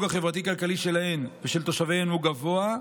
החברתי-כלכלי שלהן ושל תושביהן הוא גבוה,